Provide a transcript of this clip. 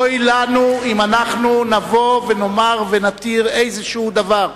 אוי לנו אם אנחנו נבוא ונאמר ונתיר איזשהו דבר,